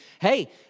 hey